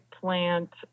plant